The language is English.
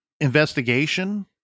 investigation